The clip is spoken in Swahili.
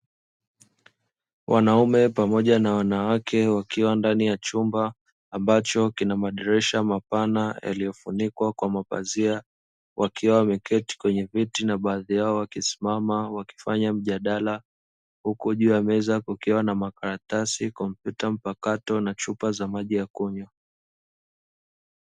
Wanaume pamoja na wanawake wakiwa ndani ya chumba ambacho kina madirisha mapana yaliyofunikwa kwa mapazia, wakiwa wameketi kwenye vitu na baadhi yao wamesimama wakifanya majadiliano, huku juu ya meza kukiwa na makaratasi, kompyuta mpakato na chuma za maji ya kunywa.